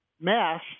mass